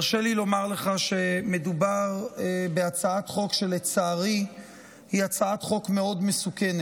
הרשה לי לומר לך שמדובר בהצעת חוק שלצערי היא הצעת חוק מאוד מסוכנת.